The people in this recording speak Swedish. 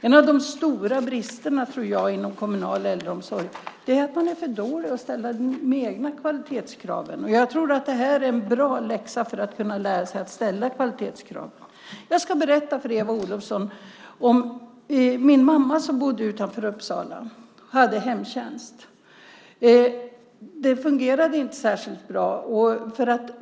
En av de stora bristerna, tror jag, inom kommunal äldreomsorg är att man är för dålig på att ställa de egna kvalitetskraven, och jag tror att det här är en bra läxa för att kunna lära sig att ställa kvalitetskrav. Jag ska berätta för Eva Olofsson om min mamma som bodde i utkanten av Uppsala och hade hemtjänst. Det fungerade inte särskilt bra.